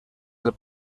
del